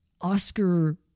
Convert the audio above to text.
Oscar